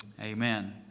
Amen